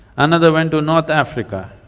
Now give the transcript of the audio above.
another went to north africa,